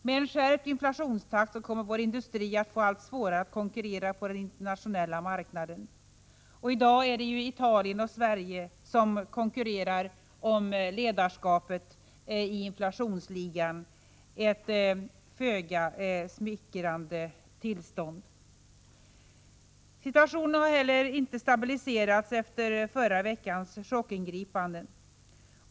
Med en skärpning av inflationstakten kommer vår industri att få allt svårare att konkurrera på den internationella marknaden. I dag är det Italien och Sverige som konkurrerar om ledarskapet i inflationsligan — ett föga smickrande tillstånd. Situationen har heller inte stabiliserats efter förra veckans chockingripanden.